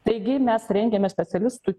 taigi mes rengiame specialistų